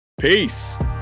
Peace